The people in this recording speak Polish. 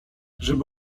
żeby